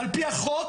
על פי החוק.